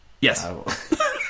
yes